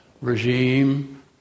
regime